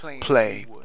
play